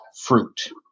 fruit